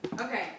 Okay